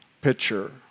picture